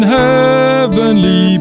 heavenly